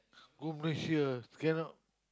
go Malaysia ah cannot